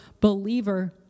believer